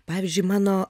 pavyzdžiui mano